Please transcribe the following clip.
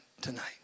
tonight